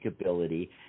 ability